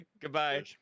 Goodbye